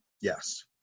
Yes